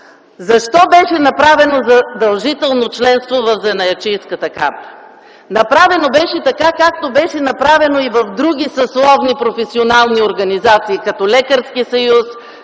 Защо беше направено задължително членство в Занаятчийската камара? Направено беше така, както беше направено и в други съсловни професионални организации, като Лекарския съюз,